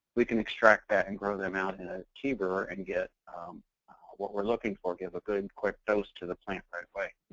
we can extract that and grow them out in a tea brewer and get what we're looking for. give a good, quick dose to the plant right away.